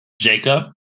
Jacob